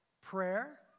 prayer